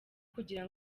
kugira